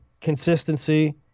Consistency